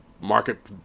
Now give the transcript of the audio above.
market